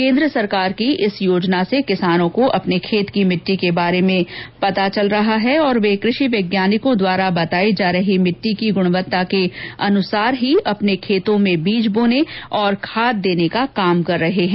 केन्द्र सरकार की इस योजना से किसानों को अपने खेत की मिट्टी के बारे में पता चल रहा है और वे कृषि वैज्ञानिकों द्वारा बतायी जा रही मिट्टी की गुणवत्ता के अनुसार ही अपने खेतों में बीज बोने और खाद देने का काम कर रहे है